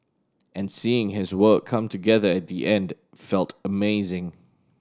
and seeing his work come together at the end felt amazing